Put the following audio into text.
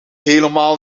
helemaal